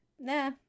nah